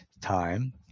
time